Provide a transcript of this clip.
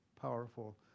powerful